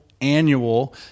annual